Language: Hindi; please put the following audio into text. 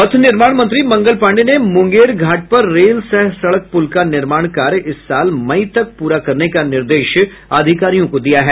पथ निर्माण मंत्री मंगल पांडेय ने मुंगेर घाट पर रेल सह सड़क पुल का निर्माण कार्य इस साल मई तक प्रा करने का निर्देश अधिकारियों को दिया है